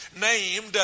named